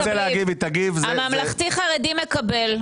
הממלכתי חרדי מקבל.